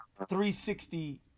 360